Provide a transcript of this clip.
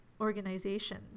organization